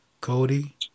Cody